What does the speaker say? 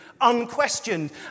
unquestioned